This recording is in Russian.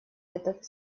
этот